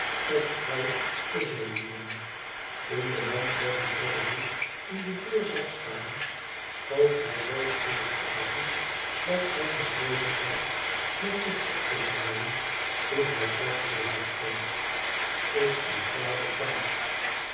kosthuis voor zeelieden toen de man pleasantriderhoodm de deur zag staan schoot hij zoo schielijk op haar toe dat zij nog bezig was met zich op te draaien toen hij lak voor haar stond lis uw vader thuis